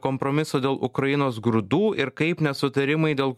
kompromiso dėl ukrainos grūdų ir kaip nesutarimai dėl